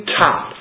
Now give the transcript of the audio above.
top